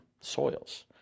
soils